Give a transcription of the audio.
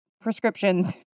prescriptions